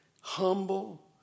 humble